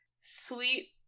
Sweet